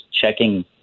checking